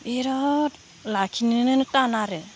बेराद लाखिनोनो थान आरो